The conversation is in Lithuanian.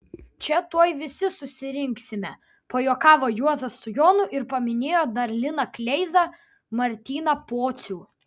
čia tuoj visi susirinksime pajuokavo juozas su jonu ir paminėjo dar liną kleizą martyną pocių